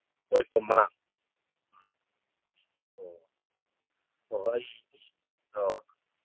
oil pump ꯃꯅꯥꯛ ꯑꯥ ꯑꯣ ꯑꯣ ꯑꯩ ꯑꯣ